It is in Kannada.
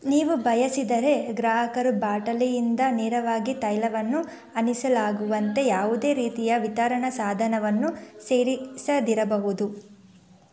ನೀವು ಬಯಸಿದರೆ ಗ್ರಾಹಕರು ಬಾಟಲಿಯಿಂದ ನೇರವಾಗಿ ತೈಲವನ್ನು ಹನಿಸಲಾಗುವಂತೆ ಯಾವುದೇ ರೀತಿಯ ವಿತರಣಾ ಸಾಧನವನ್ನು ಸೇರಿಸದಿರಬಹುದು